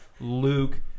Luke